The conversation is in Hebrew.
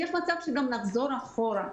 יש מצב שגם נחזור אחורה.